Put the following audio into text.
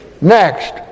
Next